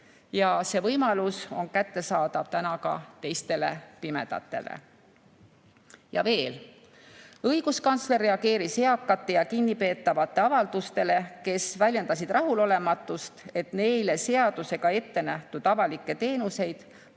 See võimalus on kättesaadav täna ka teistele pimedatele. Ja veel: õiguskantsler reageeris eakate ja kinnipeetavate avaldustele, kes väljendasid rahulolematust, et neile seadusega ette nähtud avalikke teenuseid